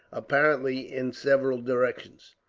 apparently, in several directions.